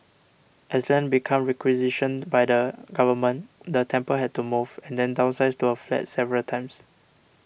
as land became requisitioned by the government the temple had to move and then downsize to a flat several times